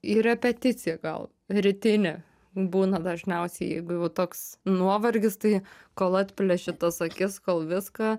į repeticiją gal rytinę būna dažniausiai jeigu jau toks nuovargis tai kol atplėši tas akis kol viską